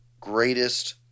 greatest